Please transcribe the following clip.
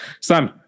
Sam